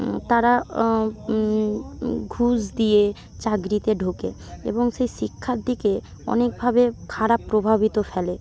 তারা ঘুষ দিয়ে চাকরিতে ঢোকে এবং সেই শিক্ষার দিকে অনেকভাবে খারাপ প্রভাবিত ফেলে